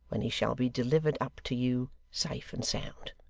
when he shall be delivered up to you, safe and sound.